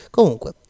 Comunque